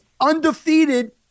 undefeated